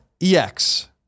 EX